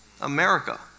America